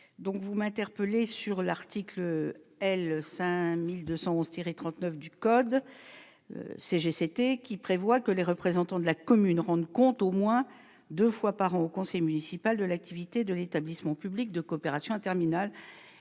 mon attention sur l'article L. 5211-39 du CGCT, en vertu duquel « les représentants de la commune rendent compte au moins deux fois par an au conseil municipal de l'activité de l'établissement public de coopération intercommunale